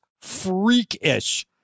freakish